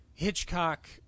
Hitchcock